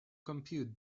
compute